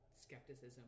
skepticism